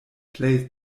plej